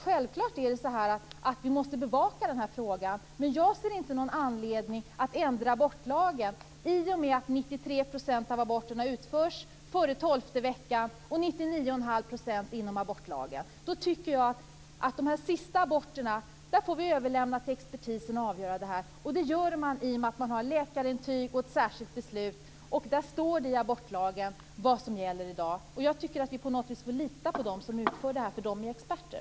Självfallet måste vi bevaka den här frågan, men jag ser inte någon anledning att ändra abortlagen i och med att Jag tycker därför att när det gäller de sista aborterna får vi överlämna avgörandet till expertisen. Och det gör man i och med att det krävs ett läkarintyg och ett särskilt beslut. Det står i abortlagen vad som gäller i dag. Jag tycker faktiskt att vi kan lita på dem som utför aborter, eftersom de är experter.